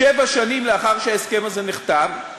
שבע שנים לאחר שההסכם הזה נחתם,